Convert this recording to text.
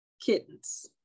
Kittens